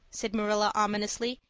said marilla ominously,